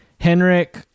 Henrik